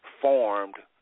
formed